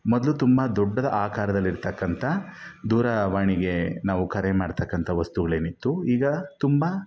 ಮೊದಲು ತುಂಬ ದೊಡ್ಡದ ಆಕಾರದಲ್ಲಿ ಇರ್ತಕ್ಕಂಥ ದೂರವಾಣಿಗೆ ನಾವು ಕರೆ ಮಾಡ್ತಕ್ಕಂಥ ವಸ್ತುಗ್ಳೇನು ಇತ್ತು ಈಗ ತುಂಬ